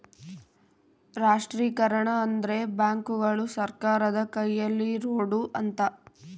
ರಾಷ್ಟ್ರೀಕರಣ ಅಂದ್ರೆ ಬ್ಯಾಂಕುಗಳು ಸರ್ಕಾರದ ಕೈಯಲ್ಲಿರೋಡು ಅಂತ